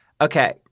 Okay